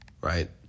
right